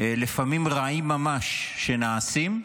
לפעמים רעים ממש שנעשים,